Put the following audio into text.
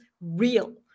real